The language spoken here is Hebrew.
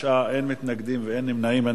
ההצעה להעביר את הצעת חוק יישום תוכנית ההתנתקות (תיקון מס' 4)